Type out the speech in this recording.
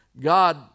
God